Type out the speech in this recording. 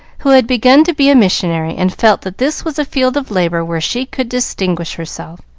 who had begun to be a missionary, and felt that this was a field of labor where she could distinguish herself.